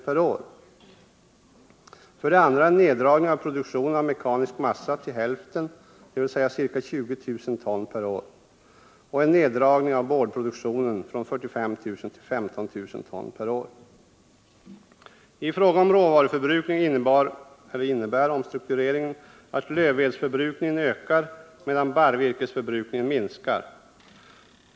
per år, för det andra en neddragning av produktionen av mekanisk massa till hälften, dvs. till ca 20000 ton per år, för det tredje en neddragning av boardproduktionen från 45 000 till ca 15 000 ton per år. I fråga om råvaruförbrukning innebär omstruktureringen att lövvedsförbrukningen ökar medan barrvirkesförbrukningen minskar.